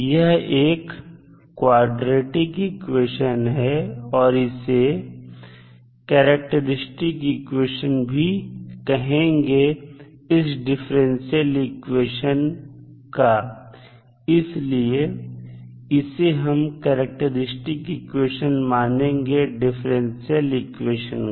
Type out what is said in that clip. यह एक quadratic equation है और इसे कैरेक्टरिस्टिक इक्वेशन भी कहेंगे इस डिफरेंशियल इक्वेशन का इसलिए इसे हम करैक्टेरिस्टिक इक्वेशन मानेंगे डिफरेंशियल इक्वेशन का